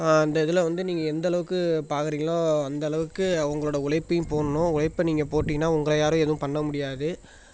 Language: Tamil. அந்த இதில் வந்து நீங்கள் எந்தளவுக்கு பார்க்குறிங்களோ அந்த அளவுக்கு அவங்களோட உழைப்பையும் போடணும் உழைப்ப நீங்கள் போட்டிங்கன்னால் உங்களை யாரும் எதுவும் பண்ண முடியாது